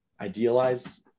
idealize